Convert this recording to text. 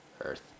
earth